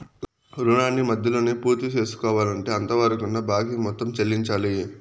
రుణాన్ని మధ్యలోనే పూర్తిసేసుకోవాలంటే అంతవరకున్న బాకీ మొత్తం చెల్లించాలి